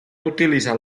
utilitza